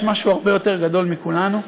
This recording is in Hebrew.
יש משהו הרבה יותר גדול מכולנו,